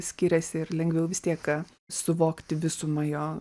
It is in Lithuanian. skiriasi ir lengviau vistiek suvokti visumą jo